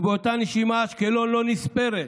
ובאותה נשימה אשקלון לא נספרת.